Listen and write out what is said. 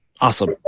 Awesome